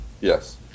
yes